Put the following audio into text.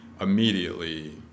immediately